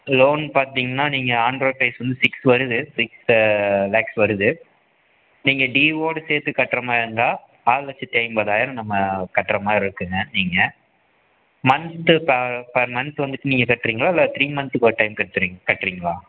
loan பார்த்திங்கன்னா நீங்கள் on road price வந்து சிக்ஸ் வருது சிக்ஸ் லாக்ஸ் வருது நீங்கள் ட்யூவோடு சேர்த்து கட்டுற மாதிரி இருந்தால் நாலு லட்சத்தி ஐம்பதாயிரம் நம்ம கட்டுற மாதிரி இருக்கும்ங்க நீங்கள் மன்த் பர் மன்த் வந்துட்டு நீங்கள் கட்டுறீங்களா இல்லை த்ரீ மன்த்துக்கு ஒரு டைம் கட்டு கட்டுறீங்களா